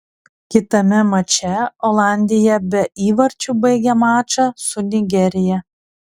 kitame mače olandija be įvarčių baigė mačą su nigerija